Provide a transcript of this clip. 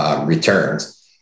returns